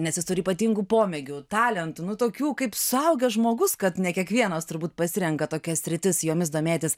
nes jis turi ypatingų pomėgių talentų nu tokių kaip suaugęs žmogus kad ne kiekvienas turbūt pasirenka tokias sritis jomis domėtis